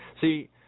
See